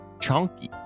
chunky